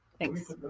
Thanks